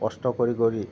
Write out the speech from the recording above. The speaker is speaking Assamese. কষ্ট কৰি কৰি